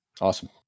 Awesome